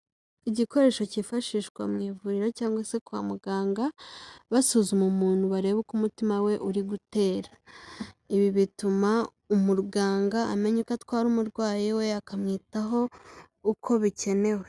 Igikoresho cyifashishwa mu ivuriro cyangwa se kwa muganga basuzuma umuntu barebe uko umutima we uri gutera, ibi bituma umuganga amenya uko atwara umurwayi we, akamwitaho uko bikenewe.